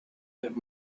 that